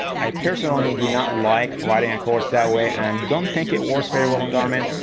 i personally do not like riding a course that way and don't think it works very well on garmin.